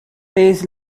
days